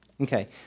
Okay